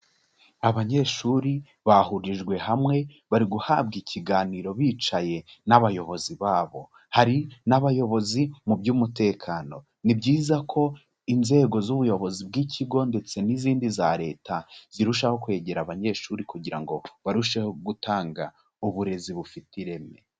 Abanyeshuri bahurijwe hamwe bari guhabwa ikiganiro bicaye n'abayobozi babo, hari n'abayobozi mu by'umutekano, ni byiza ko inzego z'ubuyobozi bw'ikigo ndetse n'izindi za Leta zirushaho kwegera abanyeshuri kugira ngo barusheho gutanga uburezi bufite ireme.